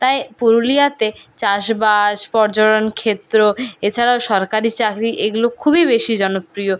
তাই পুরুলিয়াতে চাষবাস পর্যটন ক্ষেত্র এছাড়াও সরকারি চাকরি এইগুলো খুবই বেশি জনপ্রিয়